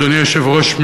אדוני היושב-ראש,